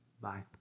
Bye